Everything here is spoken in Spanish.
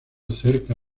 cerca